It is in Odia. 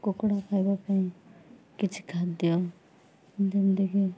କୁକୁଡ଼ା ଖାଇବା ପାଇଁ କିଛି ଖାଦ୍ୟ ଯେମିତିକି